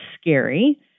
scary